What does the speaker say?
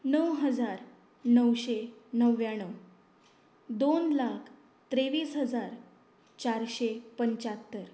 णव हजार णवशें णव्याण्णव दोन लाख तेवीस हजार चारशें पंच्यात्तर